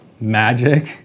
magic